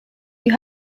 you